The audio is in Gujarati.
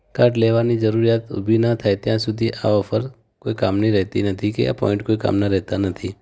કાર્ડ લેવાની જરૂરિયાત ઉભી ના થાય ત્યાં સુધી આ ઑફર કોઈ કામની રહેતી નથી કે પૉઈન્ટ કોઈ કામના રહેતા નથી